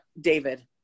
David